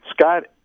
Scott